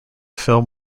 film